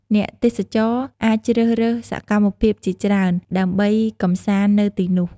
អ្នកទេសចរអាចជ្រើសរើសសកម្មភាពជាច្រើនដើម្បីកម្សាន្តនៅទីនោះ។